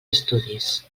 estudis